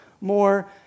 more